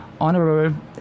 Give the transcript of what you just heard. honorable